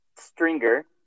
Stringer